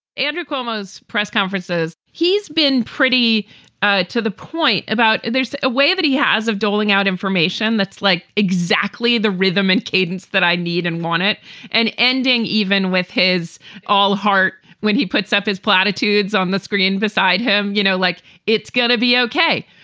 andrew cuomo's press conferences. he's. been pretty to the point about there's a way that he has of doling out information that's like exactly the rhythm and cadence that i need and want it and ending even with his all heart when he puts up his platitudes on the screen beside him, you know, like it's gonna be ok.